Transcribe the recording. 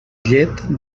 llet